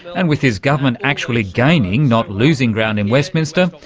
and with his government actually gaining not losing ground in westminster,